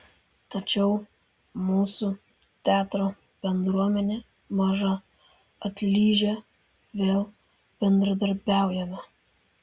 tačiau mūsų teatro bendruomenė maža atlyžę vėl bendradarbiaujame